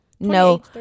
No